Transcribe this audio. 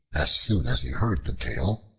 as soon as he heard the tale,